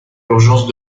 urgences